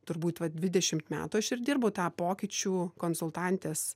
turbūt va dvidešimt metų aš ir dirbu tą pokyčių konsultantės